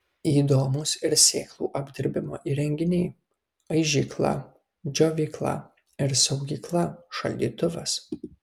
įdomūs ir sėklų apdirbimo įrenginiai aižykla džiovykla ir saugykla šaldytuvas